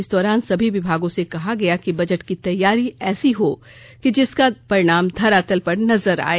इस दौरान सभी विभागों से कहा गया कि बजट की तैयारी ऐसी हो कि जिसका परिणाम धरातल पर नजर आये